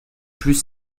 plus